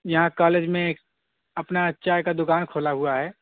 یہاں کالج میں ایک اپنا چائے کا دکان کھولا ہوا ہے